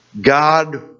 God